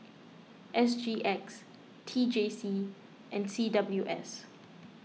S G X T J C and C W S